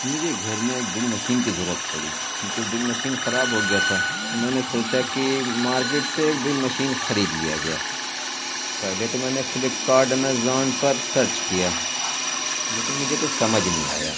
مجھے گھر میں ایک ڈرل مشین کی ضرورت پڑی کیونکہ ڈرل مشین خراب ہو گیا تھا میں نے سوچا کہ مارکیٹ سے ایک ڈرل مشین خرید لیا جائے پہلے تو میں نے فلپ کارڈ امیزون پر سرچ کیا لیکن مجھے کچھ سمجھ نہیں آیا